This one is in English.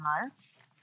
months